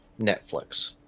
Netflix